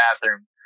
bathroom